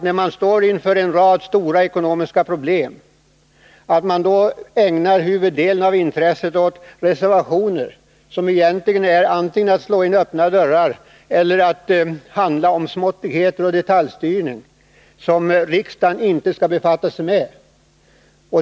När vi står inför en rad stora ekonomiska problem, är det då rimligt att ägna huvuddelen av intresset åt reservationer som antingen är att slå in öppna dörrar eller handlar om småttigheter och en detaljstyrning som riksdagen inte skall befatta sig med?